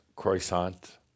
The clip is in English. Croissant